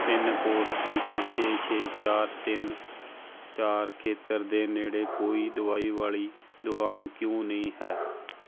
pin code ਇੱਕ ਛੇ ਛੇ ਚਾਰ ਤਿੰਨ ਚਾਰ ਖੇਤਰ ਦੇ ਨੇੜੇ ਕੋਈ ਦਵਾਈ ਵਾਲੀ ਦੁਕਾਨ ਕਿਉਂ ਨਹੀਂ ਹੈ